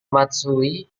matsui